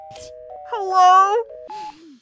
Hello